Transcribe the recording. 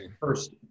first